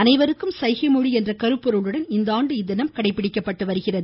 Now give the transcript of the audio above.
அனைவருக்கும் சசகை மொழி என்ற கருப்பொருளுடன் இந்தஆண்டு இத்தினம் கடைப்பிடிக்கப்படுகிறது